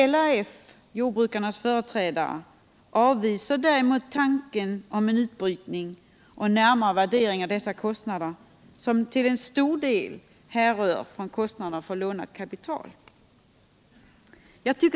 LRF, jordbrukarnas företrädare, av visar däremot tanken på en utbrytning och närmare värdering av dessa kostnader, som 67 till en del härrör från kostnader för lånat kapital.